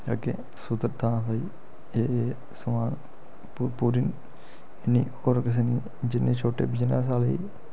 अग्गें सुधरदा हां भई एह् एह् समान पूरी नि होर किसे नि जिन्ने छोटे बिजनेस आह्ले ई